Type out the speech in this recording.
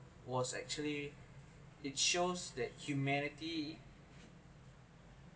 was actually it shows that humanity